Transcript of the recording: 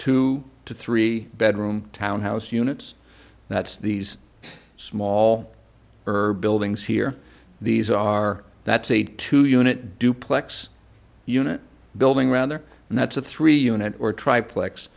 two to three bedroom townhouse units that's these small erb buildings here these are that's a two unit duplex unit building rather and that's a three unit or tri plex